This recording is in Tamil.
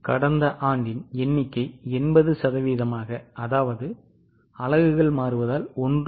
கடந்த எண்ணிக்கை 80 சதவீதமாக அதாவது ஆண்டின் அலகுகள் மாறுவதால் 1